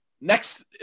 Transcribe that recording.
next